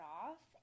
off